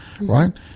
right